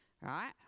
right